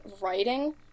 writing